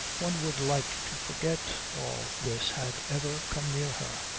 one would like to forget all this had ever come near her.